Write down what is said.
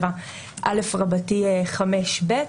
37א(5)(ב),